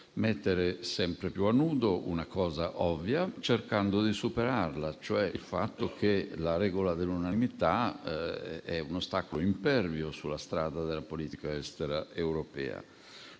mettere sempre più a nudo una cosa ovvia, cercando di superarla, ossia che la regola dell'unanimità è un ostacolo impervio sulla strada della politica estera europea.